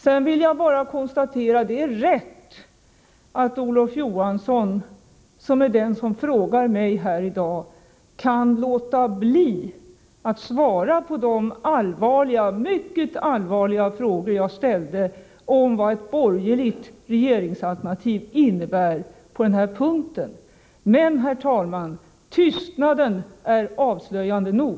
Sedan vill jag bara konstatera att det är rätt att Olof Johansson, som är den som frågar mig här i dag, kan låta bli att svara på de mycket allvarliga frågor jag ställde om vad ett borgerligt regeringsalternativ innebär på den här punkten. Men, herr talman, tystnaden är avslöjande nog!